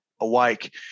awake